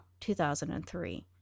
2003